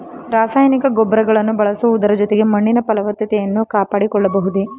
ರಾಸಾಯನಿಕ ಗೊಬ್ಬರಗಳನ್ನು ಬಳಸುವುದರ ಜೊತೆಗೆ ಮಣ್ಣಿನ ಫಲವತ್ತತೆಯನ್ನು ಕಾಪಾಡಿಕೊಳ್ಳಬಹುದೇ?